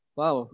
wow